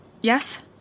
Yes